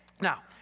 Now